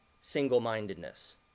single-mindedness